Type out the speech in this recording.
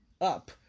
up